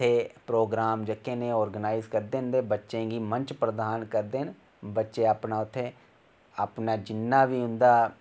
इत्थै प्रोगराम जेहके ना ओह् आरगेनाइज करदे ना ते बच्चे गी मंच प्रदान करदे ना बच्चे अपना उत्थै अपना जिन्ना बी उंदा